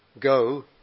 go